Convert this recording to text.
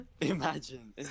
Imagine